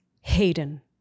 Hayden